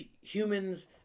humans